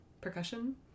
percussion